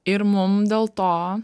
ir mum dėl to